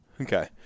Okay